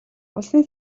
улсын